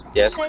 yes